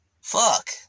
Fuck